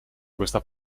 questa